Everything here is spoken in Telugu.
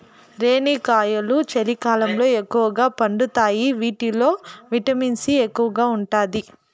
రేణిగాయాలు చలికాలంలో ఎక్కువగా పండుతాయి వీటిల్లో విటమిన్ సి ఎక్కువగా ఉంటాది